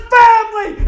family